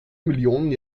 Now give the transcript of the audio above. millionen